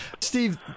Steve